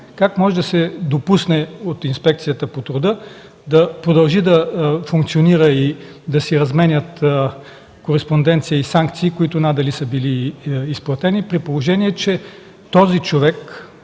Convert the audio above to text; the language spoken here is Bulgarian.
Как може да се допусне от Инспекцията по труда да продължи да функционира и да си разменят кореспонденции и санкции, които надали са били изплатени, при положение че собственикът,